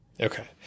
Okay